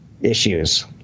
issues